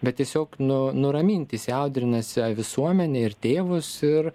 bet tiesiog nu nuraminti įsiaudrinusią visuomenę ir tėvus ir